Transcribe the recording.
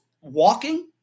walking